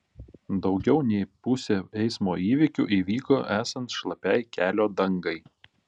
daugiau nei pusė eismo įvykių įvyko esant šlapiai kelio dangai